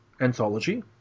anthology